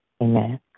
Amen